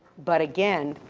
but again,